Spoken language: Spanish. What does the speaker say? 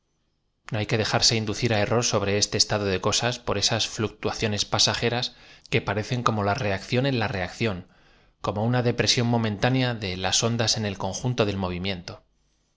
no hay que dejar se inducir á error sobre este estado de cosas por esas fluctuaciones pasajeras que parecen como la reacción en la reacción como una depresión momentánea de los ondas en el conjunto del m ovimiento